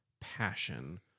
passion